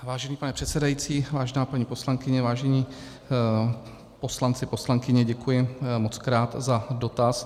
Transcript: Vážený pane předsedající, vážená paní poslankyně, vážení poslanci, poslankyně, děkuji mockrát za dotaz.